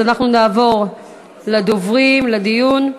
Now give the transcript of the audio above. אז אנחנו נעבור לדוברים, לדיון.